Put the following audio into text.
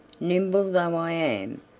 nimble though i am,